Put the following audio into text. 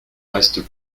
reste